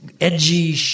edgy